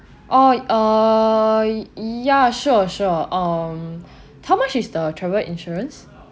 oh uh ya sure sure um how much is the travel insurance